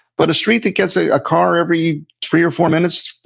but a street that gets a a car every three or four minutes?